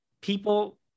people